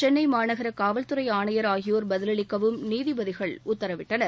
சென்னை மாநகர காவல்துறை ஆணையர் ஆகியோர் பதிலளிக்கவும் நீதிபதிகள் உத்தரவிட்டனர்